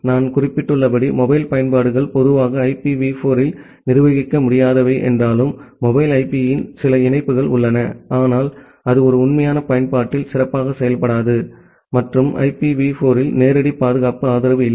நான் குறிப்பிட்டுள்ளபடி மொபைல் பயன்பாடுகள் பொதுவாக ஐபிவி 4 இல் நிர்வகிக்க முடியாதவை என்றாலும் மொபைல் ஐபியின் சில இணைப்புக்கள் உள்ளன ஆனால் அது ஒரு உண்மையான பயன்பாட்டில் சிறப்பாக செயல்படாது மற்றும் ஐபிவி 4 இல் நேரடி பாதுகாப்பு ஆதரவு இல்லை